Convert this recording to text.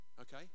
okay